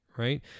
right